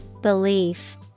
Belief